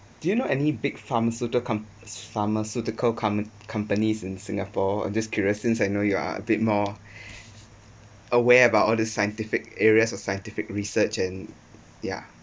do you know any big pharmaceutical com~ pharmaceutical com~ companies in singapore just curious since I know you are a bit more aware about all the scientific areas of scientific research and ya